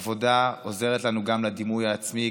עבודה עוזרת לנו גם לדימוי העצמי,